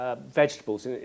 Vegetables